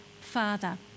Father